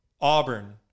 Auburn